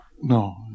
No